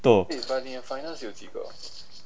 toh